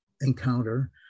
encounter